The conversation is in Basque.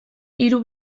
hiru